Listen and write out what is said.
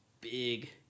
big